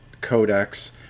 codex